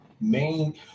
main